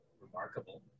remarkable